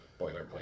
boilerplate